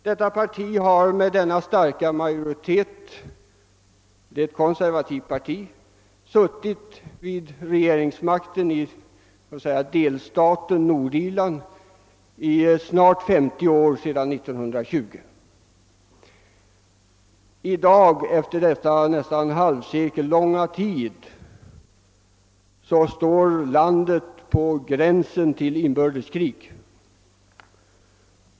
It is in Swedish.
Detta parti har med denna starka majoritet suttit vid rege ringsmakten i »delstaten» Nordirland sedan 1920, alltså i snart 50 år. I dag står landet på gränsen till inbördeskrig.